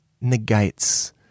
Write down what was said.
negates